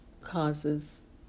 causes